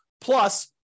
plus